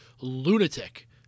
lunatic